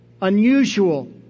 unusual